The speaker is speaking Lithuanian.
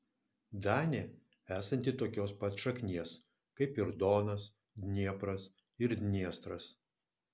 danė esanti tokios pat šaknies kaip ir donas dniepras ir dniestras